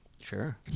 Sure